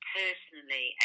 personally